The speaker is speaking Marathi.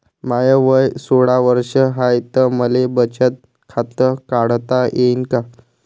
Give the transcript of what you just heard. माय वय सोळा वर्ष हाय त मले बचत खात काढता येईन का?